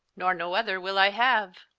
nor noe other will i have.